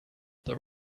there